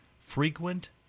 frequent